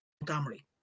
Montgomery